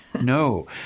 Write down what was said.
no